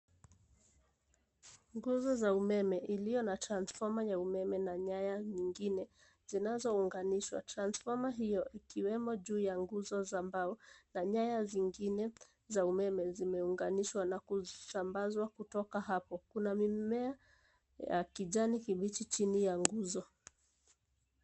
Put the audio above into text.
Nguzo za umeme iliyo na transfoma ya umeme na nyaya nyingine zinazounganishwa. Transfoma hiyo ikiwemo juu ya nguzo za mbao na nyaya zingine za umeme zimeunganishwa na kusambazwa kutoka hapo. Kuna mimea ya kijani kibichi chini ya nguzo.